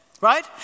right